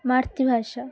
মাতৃভাষা